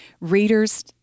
readers